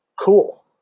cool